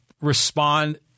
respond